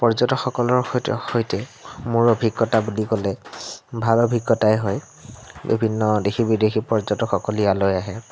পৰ্যটকসকলৰ সৈতে সৈতে মোৰ অভিজ্ঞতা বুলি ক'লে ভাল অভিজ্ঞতাই হয় বিভিন্ন দেশী বিদেশী পৰ্যটকসকল ইয়ালৈ আহে